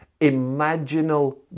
imaginal